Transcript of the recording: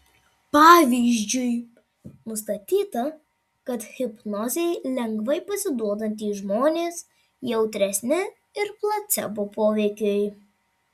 pavyzdžiui nustatyta kad hipnozei lengvai pasiduodantys žmonės jautresni ir placebo poveikiui